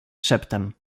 szeptem